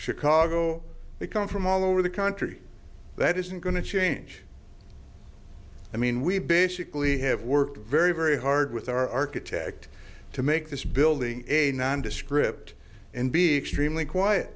chicago they come from all over the country that isn't going to change i mean we basically have worked very very hard with our architect to make this building a nondescript and be extremely quiet